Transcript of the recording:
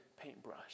Paintbrush